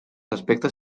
aspectes